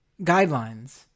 guidelines